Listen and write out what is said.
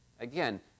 Again